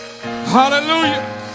Hallelujah